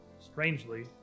strangely